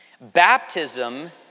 Baptism